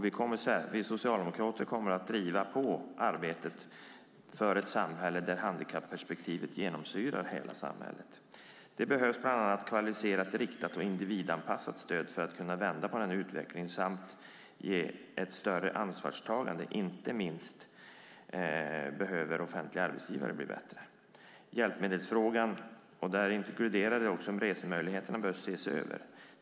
Vi socialdemokrater kommer att driva på arbetet för ett samhälle där handikapperspektivet genomsyrar hela samhället. Det behövs bland annat kvalificerat, riktat och individanpassat stöd för att kunna vända på denna utveckling samt ett större ansvarstagande. Inte minst behöver offentliga arbetsgivare bli bättre. Hjälpmedelsfrågan - och däri inkluderas också resemöjligheterna - bör ses över.